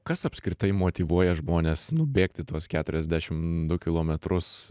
kas apskritai motyvuoja žmones nubėgti tuos keturiasdešimt du kilometrus